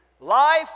Life